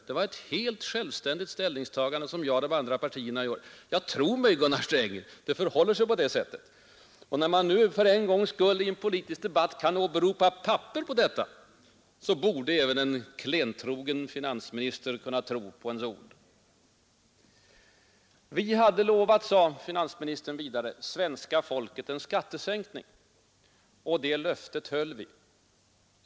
Det var ett helt självständigt ställningstagande som jag och företrädarna för de andra partierna gjorde. Tro mig, Gunnar Sträng, det förhåller det sig på det sättet! Och när man nu för en gångs skull i en politisk debatt kan åberopa papper på detta, så borde även en klentrogen finansminister kunna tro på ens ord. Vidare sade finansministern: Vi hade lovat svenska folket en skattesänkning, och det löftet höll vi.